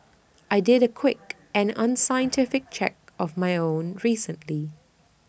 I did A quick and unscientific check of my own recently